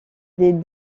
des